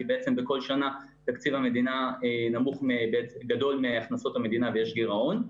בעצם בכל שנה תקציב המדינה גדול מהכנסות המדינה ויש גירעון.